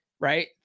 right